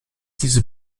diese